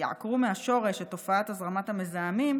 יעקרו מהשורש את תופעת הזרמת המזהמים,